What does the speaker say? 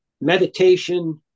meditation